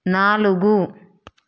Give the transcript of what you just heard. నాలుగు